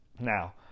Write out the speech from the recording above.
Now